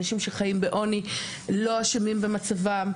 אנשים שחיים בעוני לא אשמים במצבם,